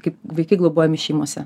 kaip vaikai globojami šeimose